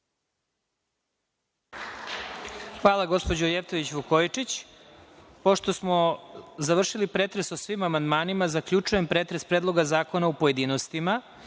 Hvala, gospođo Jevtović Vukojičić. Pošto smo završili pretres o svim amandmanima, zaključujem pretres Predloga zakona u pojedinostima. Pošto